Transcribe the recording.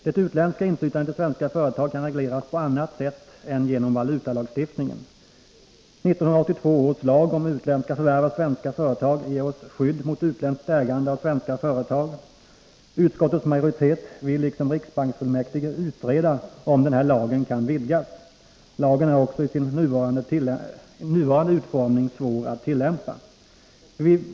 Det utländska inflytandet i svenska företag kan regleras på annat sätt än genom valutalagstiftningen. 1982 års lag om utländska förvärv av svenska företag ger oss skydd mot utländskt ägande av svenska företag. Utskottets majoritet vill liksom riksbanksfullmäktige utreda om lagen kan vidgas. Lagen är i sin nuvarande utformning svår att tillämpa.